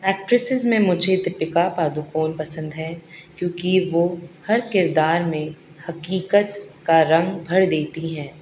actresses میں مجھے دیپیکا پادوکون پسند ہیں کیونکہ وہ ہر کردار میں حقیقت کا رنگ بھر دیتی ہیں